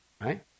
Right